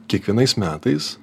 kiekvienais metais